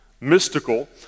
mystical